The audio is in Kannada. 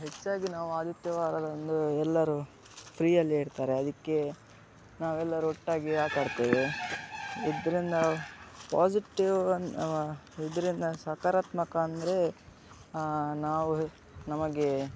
ಹೆಚ್ಚಾಗಿ ನಾವು ಆದಿತ್ಯವಾರದಂದು ಎಲ್ಲರು ಫ್ರೀ ಅಲ್ಲಿ ಇರ್ತಾರೆ ಅದಕ್ಕೆ ನಾವು ಎಲ್ಲರು ಒಟ್ಟಾಗಿ ಆಟಾಡ್ತೇವೆ ಇದರಿಂದ ಪಾಸಿಟಿವ್ ಅನ್ ಇದರಿಂದ ಸಕಾರಾತ್ಮಕ ಅಂದರೆ ನಾವು ನಮಗೆ